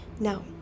Now